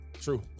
True